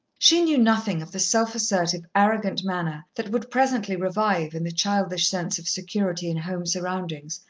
she knew nothing of the self-assertive, arrogant manner that would presently revive, in the childish sense of security in home surroundings,